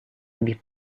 lebih